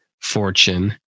fortune